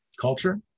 culture